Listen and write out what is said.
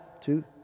two